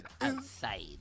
outside